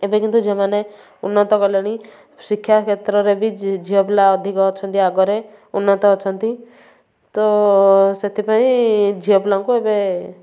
ଏବେ କିନ୍ତୁ ଝିଅମାନେ ଉନ୍ନତ କଲେଣି ଶିକ୍ଷା କ୍ଷେତ୍ରରେ ବି ଝି ଝିଅପିଲା ଅଧିକ ଅଛନ୍ତି ଆଗରେ ଉନ୍ନତ ଅଛନ୍ତି ତ ସେଥିପାଇଁ ଝିଅପିଲାଙ୍କୁ ଏବେ